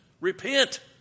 repent